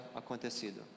acontecido